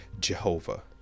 Jehovah